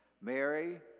Mary